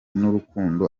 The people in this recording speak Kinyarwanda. n’urukundo